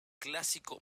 clásico